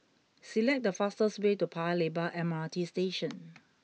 select the fastest way to Paya Lebar M R T Station